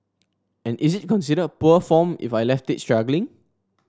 and is it considered poor form if I left it struggling